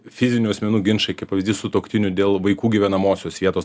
fizinių asmenų ginčai kaip pavyzdys sutuoktinių dėl vaikų gyvenamosios vietos